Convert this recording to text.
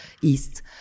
east